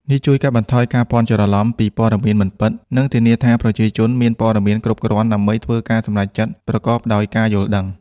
នេះជួយកាត់បន្ថយការភ័ន្តច្រឡំពីព័ត៌មានមិនពិត និងធានាថាប្រជាជនមានព័ត៌មានគ្រប់គ្រាន់ដើម្បីធ្វើការសម្រេចចិត្តប្រកបដោយការយល់ដឹង។